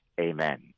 Amen